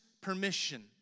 permission